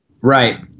right